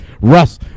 Russ